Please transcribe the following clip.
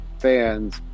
fans